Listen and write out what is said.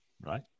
right